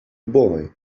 boy